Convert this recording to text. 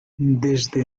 desde